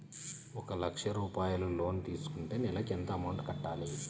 ఒక లక్ష రూపాయిలు లోన్ తీసుకుంటే నెలకి ఎంత అమౌంట్ కట్టాలి?